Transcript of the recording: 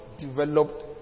developed